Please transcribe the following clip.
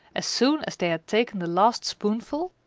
as soon as they had taken the last spoonful,